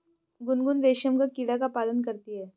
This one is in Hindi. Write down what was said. गुनगुन रेशम का कीड़ा का पालन करती है